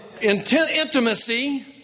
intimacy